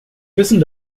wissen